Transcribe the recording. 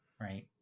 Right